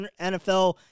NFL